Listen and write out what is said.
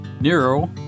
Nero